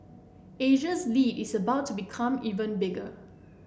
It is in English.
Asia's lead is about to become even bigger